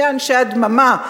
שני אנשי הדממה,